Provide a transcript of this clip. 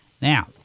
Now